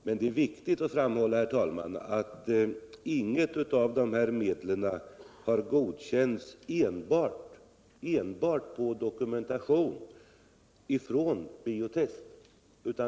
Men det är viktigt att framhålla, herr talman, att inget av dessa medel har godkänts enbart på dokumentation ifrån Bio-Test.